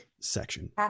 section